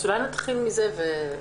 אז אולי נתחיל מזה.